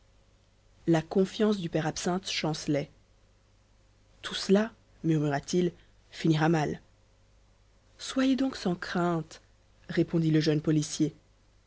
la confiance du père absinthe chancelait tout cela murmura-t-il finira mal soyez donc sans crainte répondit le jeune policier